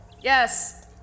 Yes